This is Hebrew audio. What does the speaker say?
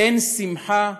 אין שמחה